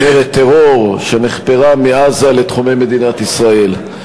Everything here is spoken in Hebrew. מנהרת טרור שנחפרה מעזה לתחומי מדינת ישראל.